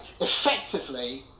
effectively